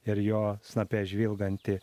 ir jo snape žvilganti